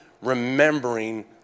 remembering